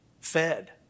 fed